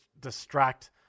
distract